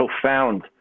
profound